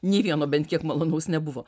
nei vieno bent kiek malonaus nebuvo